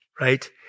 right